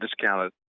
discounted